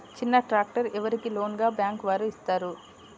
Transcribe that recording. చిన్న ట్రాక్టర్ ఎవరికి లోన్గా బ్యాంక్ వారు ఇస్తారు?